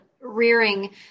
rearing